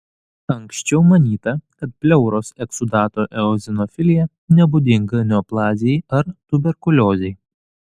anksčiau manyta kad pleuros eksudato eozinofilija nebūdinga neoplazijai ar tuberkuliozei